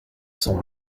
sent